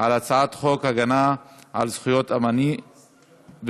הצעת חוק להסדרת השימוש בכרטיס חכם בתחבורה הציבורית,